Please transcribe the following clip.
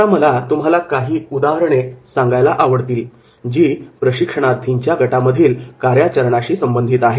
आता मला तुम्हाला काही उदाहरणे सांगायला आवडतील जी प्रशिक्षणार्थींच्या गटामधील कार्याचरणाशी संबंधित आहेत